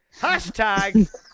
Hashtag